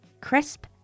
crisp